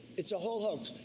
it's a whole hoax.